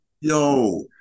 Yo